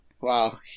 Wow